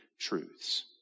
truths